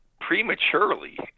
prematurely